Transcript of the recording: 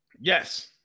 Yes